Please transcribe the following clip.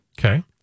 Okay